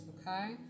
okay